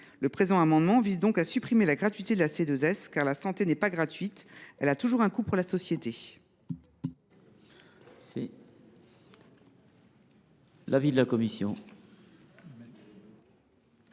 Le présent amendement vise ainsi à supprimer la gratuité de la C2S. La santé n’est pas gratuite ; elle a toujours un coût pour la société.